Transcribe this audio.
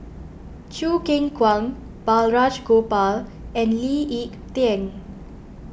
Choo Keng Kwang Balraj Gopal and Lee Ek Tieng